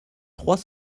trois